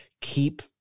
keep